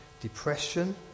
depression